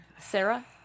Sarah